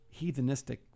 heathenistic